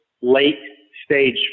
late-stage